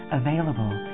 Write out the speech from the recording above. available